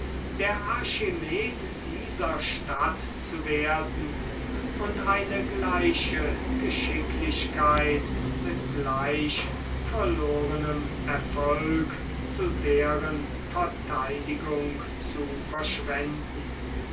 der archimed dieser stadt zu werden und eine gleiche geschicklichkeit mit gleich verlorenem erfolg zu deren verteidigung zu verschwenden